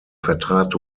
vertrat